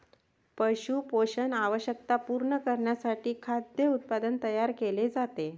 पशु पोषण आवश्यकता पूर्ण करण्यासाठी खाद्य उत्पादन तयार केले जाते